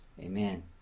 Amen